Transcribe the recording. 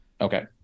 Okay